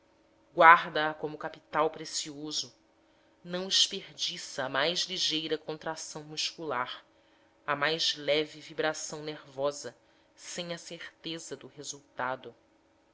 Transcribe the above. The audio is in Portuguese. guarda a como capital precioso não esperdiça a mais ligeira contração muscular a mais leve vibração nervosa sem a certeza do resultado